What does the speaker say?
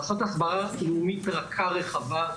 לעשות הסברה לאומית רכה רחבה,